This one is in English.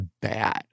bad